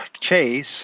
Chase